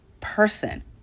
person